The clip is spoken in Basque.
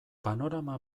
panorama